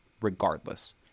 regardless